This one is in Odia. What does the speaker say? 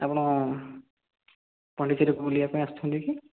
ଆପଣ ପଣ୍ଡିଚେରୀକୁ ବୁଲିବା ପାଇଁ ଆସିଥାନ୍ତେ କି